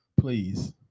please